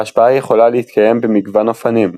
ההשפעה יכולה להתקיים במגוון אופנים,